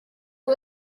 who